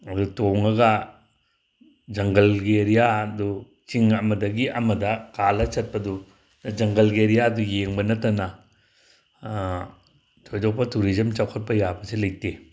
ꯑꯗꯨ ꯇꯣꯡꯉꯒ ꯖꯪꯒꯜꯒꯤ ꯑꯦꯔꯤꯌꯥꯗꯨ ꯆꯤꯡ ꯑꯃꯗꯒꯤ ꯑꯃꯗ ꯀꯥꯜꯂ ꯆꯠꯄꯗꯨ ꯖꯪꯒꯜꯒꯤ ꯑꯦꯔꯤꯌꯥꯗꯨ ꯌꯦꯡꯕ ꯅꯠꯇꯅ ꯊꯣꯏꯗꯣꯛꯄ ꯇꯨꯔꯤꯖꯝ ꯆꯥꯎꯈꯠꯄ ꯌꯥꯕꯁꯤ ꯂꯩꯇꯦ